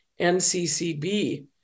NCCB